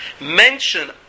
mention